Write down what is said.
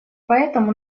поэтому